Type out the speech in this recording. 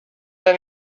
then